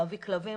להביא כלבים,